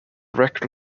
wreck